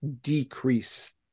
decrease